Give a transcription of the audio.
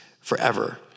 forever